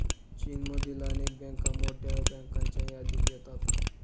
चीनमधील अनेक बँका मोठ्या बँकांच्या यादीत येतात